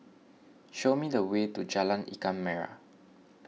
show me the way to Jalan Ikan Merah